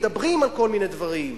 מדברים על כל מיני דברים.